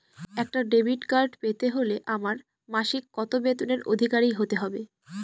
একটা debit card পেতে হলে আমার মাসিক কত বেতনের অধিকারি হতে হবে?